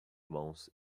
mãos